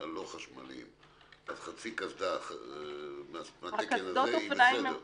הלא חשמליים, חצי קסדה היא בסדר.